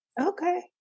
okay